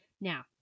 Now